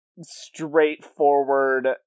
straightforward